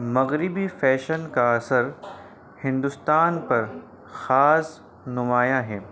مغربی فیشن کا اثر ہندوستان پر خاص نمایاں ہیں